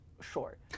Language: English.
Short